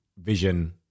Vision